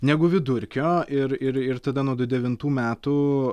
negu vidurkio ir ir ir tada nuo du devintų metų